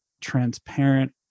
transparent